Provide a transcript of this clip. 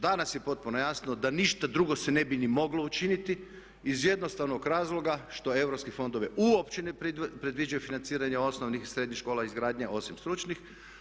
Danas je potpuno jasno da ništa drugo se ne bi ni moglo učiniti iz jednostavnog razloga što EU fondovi uopće ne predviđaju financiranje osnovnih i srednjih škola izgradnja osim stručnih.